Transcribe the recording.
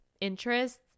interests